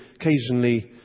occasionally